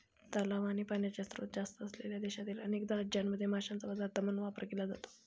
तलाव आणि पाण्याचे स्त्रोत जास्त असलेल्या देशातील अनेक राज्यांमध्ये माशांचा पदार्थ म्हणून वापर केला जातो